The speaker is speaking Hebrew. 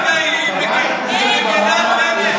רגע, רגע, היא מגינה על בנט.